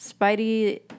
spidey